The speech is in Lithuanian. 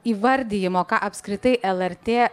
įvardijimo ką apskritai lrt